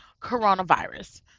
coronavirus